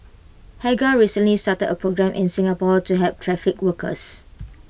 hagar recently started A programme in Singapore to help trafficked workers